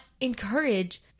encourage